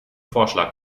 vorschlag